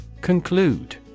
Conclude